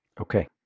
Okay